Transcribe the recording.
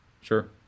Sure